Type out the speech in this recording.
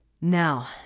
Now